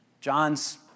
John's